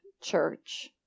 church